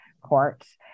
courts